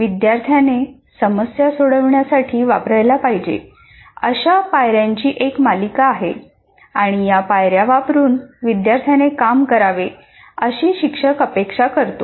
विद्यार्थ्याने समस्या सोडवण्यासाठी वापरायला पाहिजे अशा पायर्यांची एक मालिका आहे आणि या पायऱ्या वापरून विद्यार्थ्याने काम करावे अशी शिक्षक अपेक्षा करतो